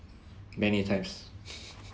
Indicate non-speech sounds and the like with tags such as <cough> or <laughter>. many times <laughs>